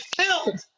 filled